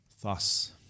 Thus